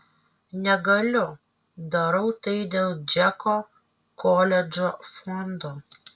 negaliu darau tai dėl džeko koledžo fondo